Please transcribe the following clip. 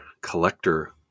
collector